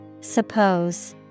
Suppose